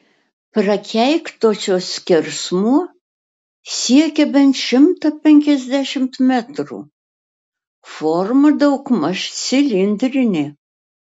prakeiktosios skersmuo siekia bent šimtą penkiasdešimt metrų forma daugmaž cilindrinė